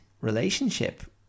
relationship